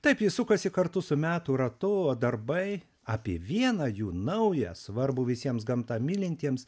taip jis sukasi kartu su metų ratu o darbai apie vieną jų naują svarbų visiems gamtą mylintiems